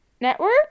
Network